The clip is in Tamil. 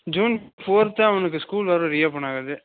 ஜூன் ஃபோர்த் அவனுக்கு ஸ்கூல் வேறு ரீஓபன் ஆகுது